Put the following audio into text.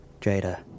Jada